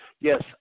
Yes